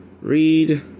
Read